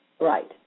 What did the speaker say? right